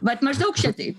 vat maždaug šitaip